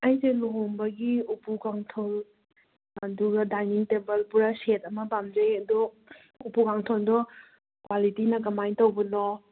ꯑꯩꯁꯦ ꯂꯨꯍꯣꯡꯕꯒꯤ ꯎꯄꯨ ꯀꯥꯡꯊꯣꯜ ꯑꯗꯨꯒ ꯗꯥꯏꯅꯤꯡ ꯇꯦꯕꯜ ꯄꯨꯔꯥ ꯁꯦꯠ ꯑꯃ ꯄꯥꯝꯖꯩ ꯑꯗꯣ ꯎꯄꯨ ꯀꯥꯡꯊꯣꯜꯗꯣ ꯀ꯭ꯋꯥꯂꯤꯇꯤꯅ ꯀꯃꯥꯏꯅ ꯇꯧꯕꯅꯣ